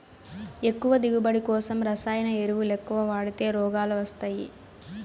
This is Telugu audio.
ఎక్కువ దిగువబడి కోసం రసాయన ఎరువులెక్కవ వాడితే రోగాలు వస్తయ్యి